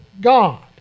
God